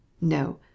No